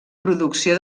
producció